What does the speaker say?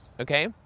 okay